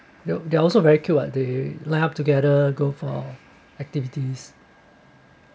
they they also very queue they line up together go for activities